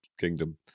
Kingdom